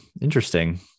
Interesting